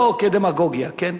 לא כדמגוגיה, כן?